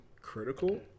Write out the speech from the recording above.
critical